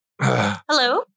Hello